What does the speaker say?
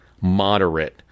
moderate